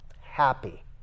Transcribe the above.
happy